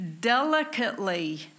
delicately